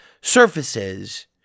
surfaces